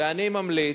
ואני ממליץ,